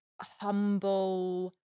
humble